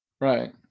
Right